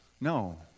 No